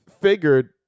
figured